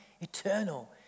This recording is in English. eternal